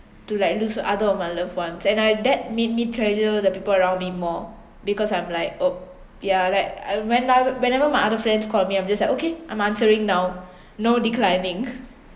to like lose other of my loved ones and I that made me treasure the people around me more because I'm like opp ya like I when I whenever my other friends call me I'm just like okay I'm answering now no declining